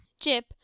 Jip